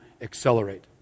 accelerate